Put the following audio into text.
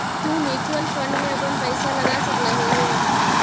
तु mutual fund में अपन पईसा लगा सकलहीं हे